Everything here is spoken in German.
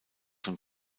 von